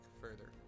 further